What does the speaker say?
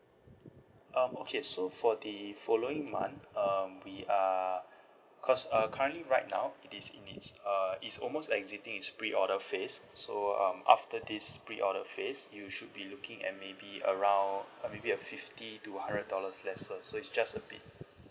um okay so for the following month um we are cause uh currently right now it is in its uh it's almost exiting its pre order phase so um after this pre order phase you should be looking at maybe around uh maybe a fifty to a hundred dollars lesser so it's just a bit